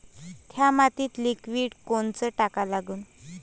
थ्या मातीत लिक्विड कोनचं टाका लागन?